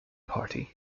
party